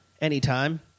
Anytime